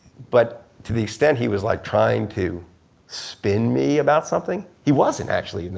but, to the extent he was like trying to spin me about something, he wasn't actually in the,